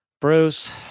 Bruce